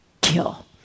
kill